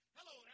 Hello